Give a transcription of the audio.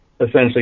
essentially